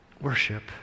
Worship